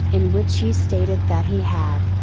in which he stated that he had,